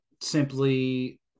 Simply